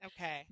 Okay